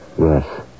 Yes